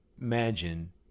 imagine